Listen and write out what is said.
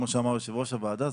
כמו שאמר יושב-ראש הוועדה,